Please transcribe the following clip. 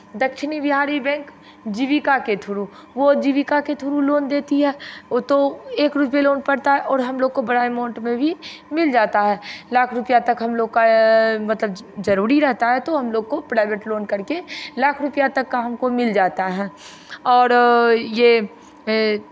दक्षिणी बिहारी बैंक जीविका के थ्रू वो जीविका के थ्रू लोन देती है ओ तो एक रुपये लोन पड़ता है और हम लोग को बड़ा एमाउंट में भी मिल जाता है लाख रुपैया तक हम लोग का मतलब जरूरी रहता है तो हम लोग को प्राइवेट लोन करके लाख रुपैया तक का हमको मिल जाता है और ये